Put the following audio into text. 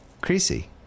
Creasy